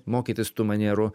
mokytis tų manierų